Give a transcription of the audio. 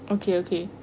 okay okay